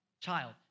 Child